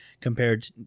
compared